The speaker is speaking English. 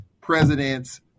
presidents